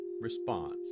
response